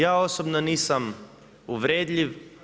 Ja osobno nisam uvredljiv.